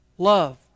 Love